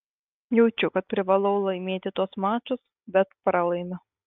jaučiu kad privalau laimėti tuos mačus bet pralaimiu